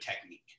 technique